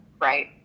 Right